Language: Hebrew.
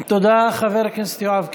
תודה, חבר הכנסת יואב קיש.